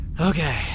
Okay